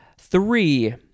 Three